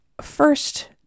first